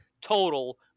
total